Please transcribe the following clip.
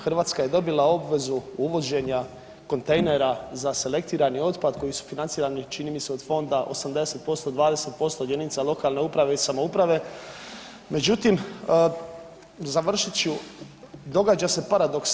Hrvatska je dobila obvezu uvođenja kontejnera za selektirani otpad koji su financirani čini mi se od fonda 80%, 20% od jedinica lokalne uprave i samouprave, međutim završit ću događa se paradoks.